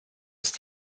ist